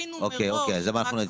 נכון.